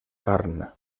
carn